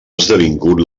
esdevingut